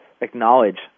acknowledge